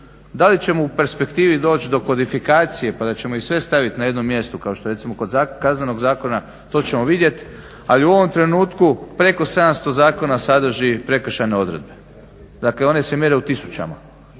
Da li ćemo u perspektivi doći do kodifikacije pa da ćemo ih sve staviti na jedno mjesto kao što je recimo kod Kaznenog zakona to ćemo vidjeti. Ali u ovom trenutku preko 700 zakona sadrži prekršajne odredbe. Dakle, one se mjere u tisućama.